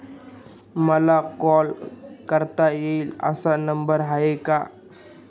मला कॉल करता येईल असा नंबर आहे का?